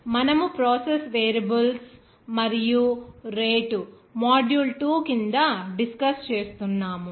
కాబట్టి మనము process variables మరియు రేటు మాడ్యూల్ 2 కింద డిస్కస్ చేస్తున్నాము